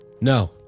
no